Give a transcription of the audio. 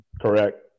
Correct